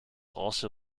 also